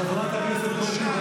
חברת הכנסת גוטליב,